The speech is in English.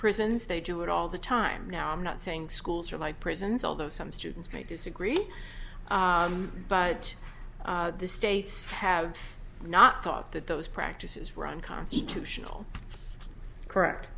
prisons they do it all the time now i'm not saying schools are like prisons although some students may disagree but the states have not thought that those practices were unconstitutional correct